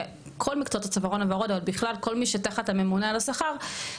כל מקצועות הצווארון הוורוד ובכלל כל מי שתחת הממונה על השכר,